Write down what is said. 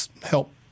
help